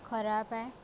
ଖରାପ ଏ